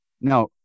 Now